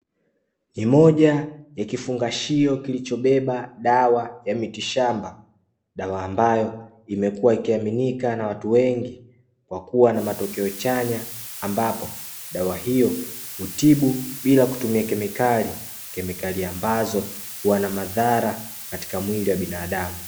Ni moja ya kifungashio kilichobeba dawa ya mitishamba, dawa wambayo imekua ikiaminika na watu wengi kwa kua na matokeo chanya ambapo dawa hiyo hutibu bila kutumia kemikali , kemikali ambazo huwa na madhara katika mwili wa binadamu.